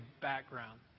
background